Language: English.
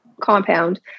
compound